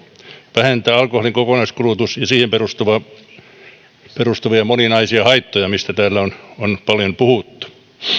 vähentää alkoholin kokonaiskulutusta ja siihen perustuvia moninaisia haittoja joista täällä on on paljon puhuttu